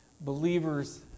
believers